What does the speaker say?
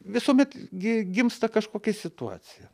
visuomet gi gimsta kažkokia situacija